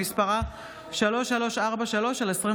שמספרה פ/3343/25.